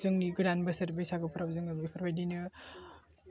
जोंनि गोदान बोसोर बैसागुफ्राव जोङो बेफोरबायदिनो